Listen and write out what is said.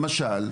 למשל,